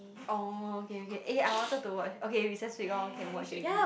orh okay okay eh I wanted to watch okay recess week lor can watch already